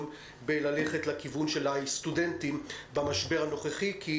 בהליכה לכיוון של הסטודנטים במשבר הנוכחי כי,